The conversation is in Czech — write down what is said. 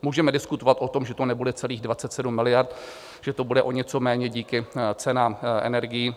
Můžeme diskutovat o tom, že to nebude celých 27 miliard, že to bude o něco méně díky cenám energií.